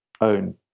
own